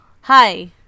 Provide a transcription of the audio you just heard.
Hi